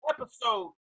episode